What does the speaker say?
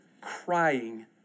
crying